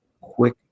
quick